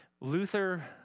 Luther